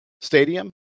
stadium